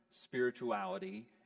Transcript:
spirituality